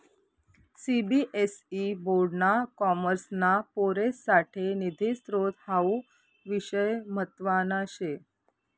CBSE board ना कॉमर्सना पोरेससाठे निधी स्त्रोत हावू विषय म्हतवाना शे